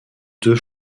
deux